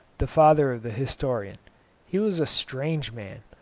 the father of the historian he was a strange man,